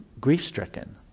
grief-stricken